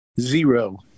zero